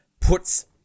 puts